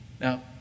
Now